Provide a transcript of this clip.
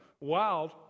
wild